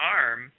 arm